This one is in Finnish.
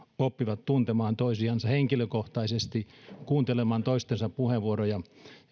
oppivat tuntemaan toisiansa henkilökohtaisesti kuuntelemaan toistensa puheenvuoroja